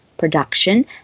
production